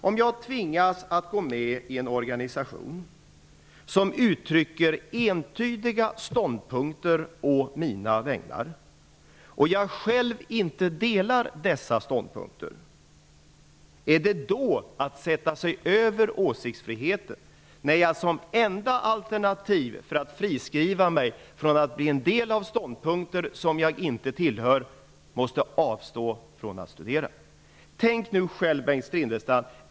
Om jag tvingas att gå med i en organisation som uttrycker entydiga ståndpunkter å mina vägnar och jag själv inte delar dessa, är det då åsiktsfrihet om jag som enda alternativ för att friskriva mig från att tillräknas dessa ståndpunkter måste avstå från att studera? Tänk nu själv, Bengt Silfverstrand!